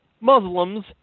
Muslims